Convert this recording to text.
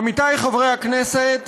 עמיתי חברי הכנסת,